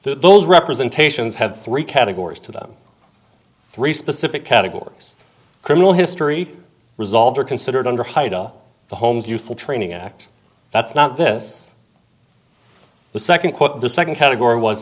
those representations had three categories to them three specific categories criminal history resolves are considered under haida the homes useful training act that's not this the second quote the second category was